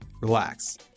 relax